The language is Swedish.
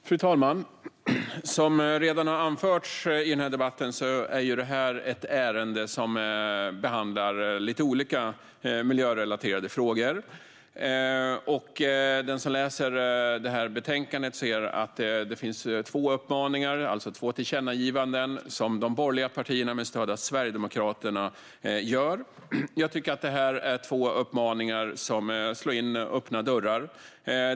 Fru talman! Som redan har anförts i denna debatt är detta ett ärende som gäller lite olika miljörelaterade frågor. Den som läser betänkandet ser att det finns två uppmaningar, det vill säga två tillkännagivanden, som de borgerliga partierna gör med stöd av Sverigedemokraterna. Det är två uppmaningar som slår in öppna dörrar.